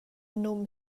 num